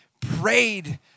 prayed